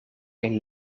een